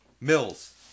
Mills